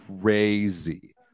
Crazy